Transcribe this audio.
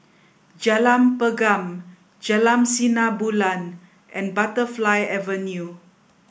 Jalan Pergam Jalan Sinar Bulan and Butterfly Avenue